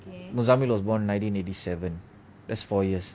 mosambi lah was born nineteen eighty seven that's four years